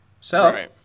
So-